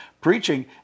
preaching